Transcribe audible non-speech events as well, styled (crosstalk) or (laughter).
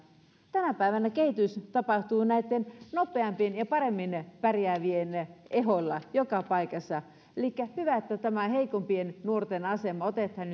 tänä päivänä kehitys tapahtuu näitten nopeampien ja paremmin pärjäävien ehdoilla joka paikassa elikkä hyvä että tämä heikompien nuorten asema otetaan (unintelligible)